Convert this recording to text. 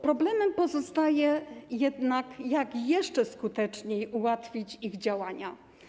Problemem pozostaje jednak to, jak jeszcze skuteczniej ułatwić im działania.